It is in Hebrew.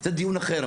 זה דיון אחר.